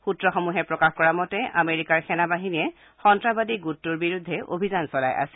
সূত্ৰসমূহে প্ৰকাশ কৰা মতে আমেৰিকাৰ সেনাবাহিনীয়ে সন্তাসবাদী গোটটোৰ বিৰুদ্ধে অভিযান চলাই আছিল